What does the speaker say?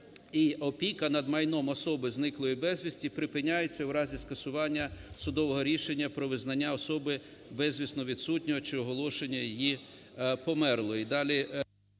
опіка над майном особи, зниклої безвісти, припиняється в разі скасування судового рішення про визнання особи безвісно відсутньою чи оголошення її померлою.